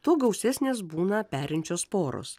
tuo gausesnės būna perinčios poros